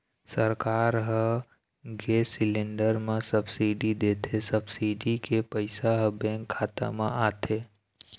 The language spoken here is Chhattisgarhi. सरकार ह गेस सिलेंडर म सब्सिडी देथे, सब्सिडी के पइसा ह बेंक खाता म आथे